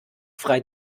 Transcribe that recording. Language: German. frei